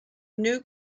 new